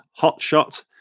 Hotshot